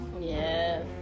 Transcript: Yes